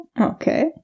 Okay